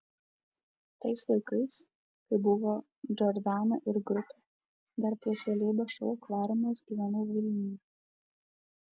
tais laikais kai buvo džordana ir grupė dar prieš realybės šou akvariumas gyvenau vilniuje